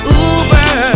uber